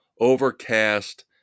overcast